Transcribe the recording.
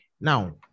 Now